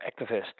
activists